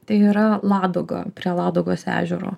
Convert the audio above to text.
tai yra ladoga prie ladogos ežero